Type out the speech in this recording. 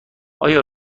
آیا